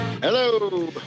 Hello